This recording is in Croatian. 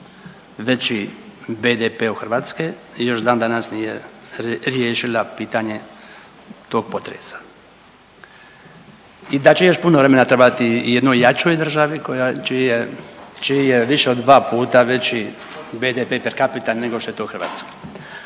veći BDP od Hrvatske još dan danas nije riješila pitanje tog potresa. I da će još puno vremena trebati jednoj jačoj državi koja, čiji je, čiji je više od dva puta veći BDP i per capita nego što je to hrvatski.